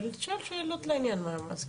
אבל תשאל שאלות לעניין.